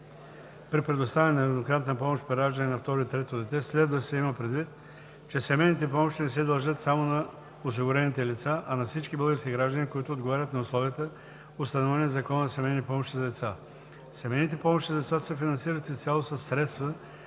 при предоставяне на еднократната помощ при раждане на второ и трето дете следва да се има предвид, че семейните помощи не се дължат само на осигурените лица, а на всички български граждани, които отговарят на условията, установени в Закона за семейни помощи за деца. Семейните помощи за деца се финансират изцяло със средства